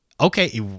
Okay